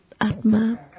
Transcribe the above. atma